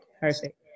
perfect